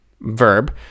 verb